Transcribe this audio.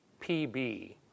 PB